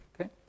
Okay